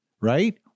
right